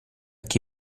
chi